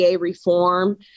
reform